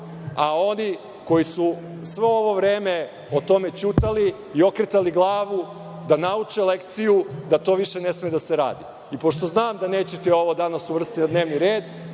a oni koji su sve ovo vreme o tome ćutali i okretali glavu da nauče lekciju da to više ne sme da se radi. Pošto znam da nećete ovo danas uvrstiti u dnevni red,